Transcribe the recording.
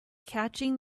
catching